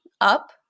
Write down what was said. up